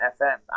FM